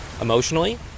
emotionally